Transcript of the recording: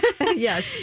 yes